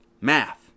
math